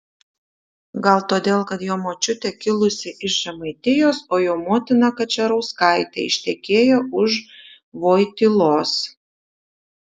gal todėl kad jo močiutė kilusi iš žemaitijos o jo motina kačerauskaitė ištekėjo už vojtylos